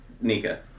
Nika